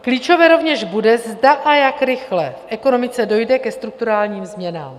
Klíčové rovněž bude, zda a jak rychle v ekonomice dojde ke strukturálním změnám.